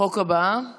חוק הבאה